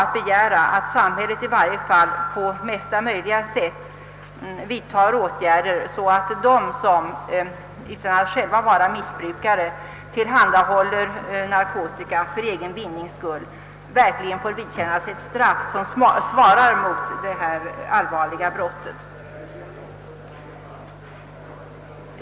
Det är ett rimligt krav att samhället vidtar åtgärder mot dem som utan att själva vara missbrukare tillhandahåller narkotika för egen vinnings skull, så att de får vidkännas ett straff som svarar mot det allvarliga brottet.